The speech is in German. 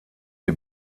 die